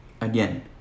again